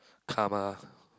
karma